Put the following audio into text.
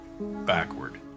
Backward